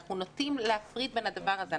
אנחנו נוטים להפריד בין הדבר הזה.